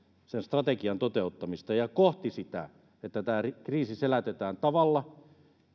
sen strategian toteuttamista ja kohti sitä että tämä kriisi selätetään tavalla